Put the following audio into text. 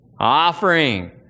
Offering